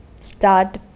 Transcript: start